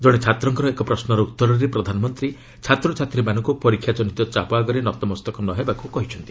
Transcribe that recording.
ଜଣେ ଛାତ୍ରଙ୍କର ଏକ ପ୍ରଶ୍ୱର ଉତ୍ତରରେ ପ୍ରଧାନମନ୍ତ୍ରୀ ଛାତ୍ରଛାତ୍ରୀମାନଙ୍କୁ ପରୀକ୍ଷାଜନିତ ଚାପ ଆଗରେ ନତମସ୍ତକ ନ ହେବାକୁ କହିଚ୍ଛନ୍ତି